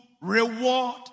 reward